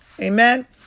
Amen